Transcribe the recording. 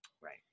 Right